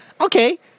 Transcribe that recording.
okay